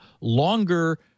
longer